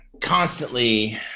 constantly